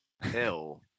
Hell